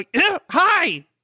Hi